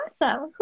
Awesome